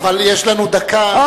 אבל יש לנו דקה,